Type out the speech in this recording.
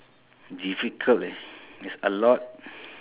difficult eh there's a lot